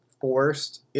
forced